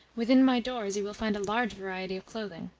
within my doors you will find a large variety of clothing.